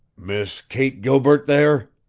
miss kate gilbert there?